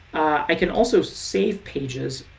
i can also save pages,